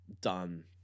done